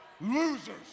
losers